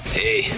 hey